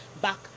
back